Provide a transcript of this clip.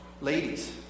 ladies